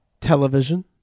television